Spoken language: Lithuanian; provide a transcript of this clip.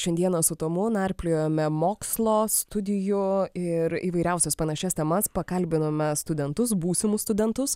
šiandieną su tomu narpliojome mokslo studijų ir įvairiausias panašias temas pakalbinome studentus būsimus studentus